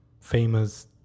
famous